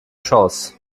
chance